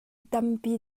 tampi